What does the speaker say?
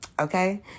okay